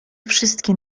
wszystkie